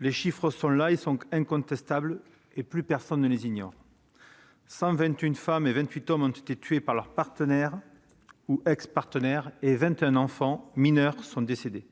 Les chiffres sont là, ils sont incontestables et plus personne ne les ignore : 121 femmes et 28 hommes ont été tués par leur partenaire ou ex-partenaire et 21 enfants mineurs sont décédés,